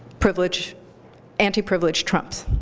anti-privilege anti-privilege trumps.